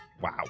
Wow